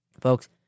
Folks